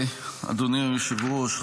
אדוני היושב-ראש.